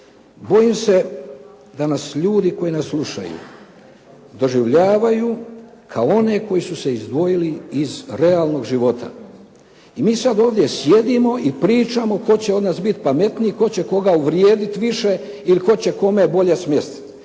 bojim se da nas ljudi koji nas slušaju doživljavaju kao one koji su se izdvojili iz realnog života i mi sad ovdje sjedimo i pričamo tko će od nas biti pametniji, tko će koga uvrijediti više ili tko će kome bolje smjestiti.